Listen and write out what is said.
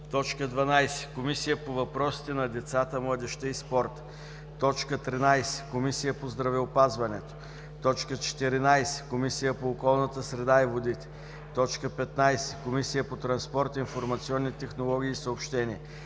науката; 12. Комисия по въпросите на децата, младежта и спорта; 13. Комисия по здравеопазването; 14. Комисия по околната среда и водите; 15. Комисия по транспорт, информационни технологии и съобщения;